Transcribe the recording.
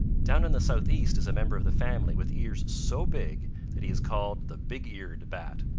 down in the southeast is a member of the family with ears so big that he is called the big-eared bat.